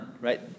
right